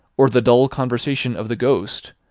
or the dull conversation of the ghost,